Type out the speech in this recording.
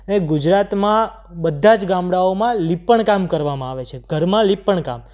એ ગુજરાતમાં બધા જ ગામડાઓમાં લીપણકામ કરવામાં આવે છે ઘરમાં લીપણકામ